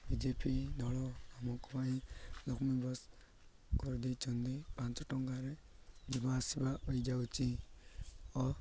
ବି J P ଦଳ ଆମ ପାଇଁ ଲକ୍ଷ୍ମୀ ବସ୍ କରିଦେଇଛନ୍ତି ପାଞ୍ଚ ଟଙ୍କାରେ ଯିବା ଆସିବା ହୋଇଯାଉଛି ଓ